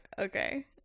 okay